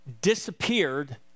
disappeared